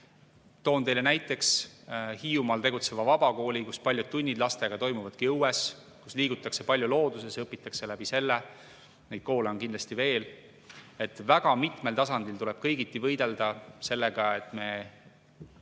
Toon teile näiteks Hiiumaal tegutseva vabakooli, kus paljud tunnid lastega toimuvadki õues, kus liigutakse palju looduses ja õpitakse läbi selle. Selliseid koole on kindlasti veel. Väga mitmel tasandil tuleb kõigiti võidelda sellega, et me